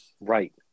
Right